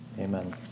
Amen